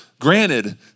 granted